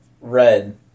Red